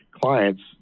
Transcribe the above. clients